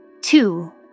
Two